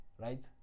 right